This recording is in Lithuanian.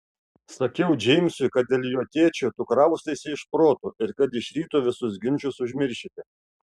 sakiau džeimsui kad dėl jo tėčio tu kraustaisi iš proto ir kad iš ryto visus ginčus užmiršite